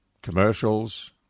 Commercials